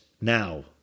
now